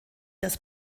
das